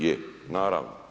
Je, naravno.